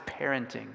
parenting